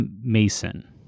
Mason